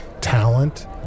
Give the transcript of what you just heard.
talent